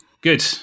good